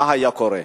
מה היה קורה?